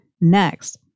next